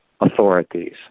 authorities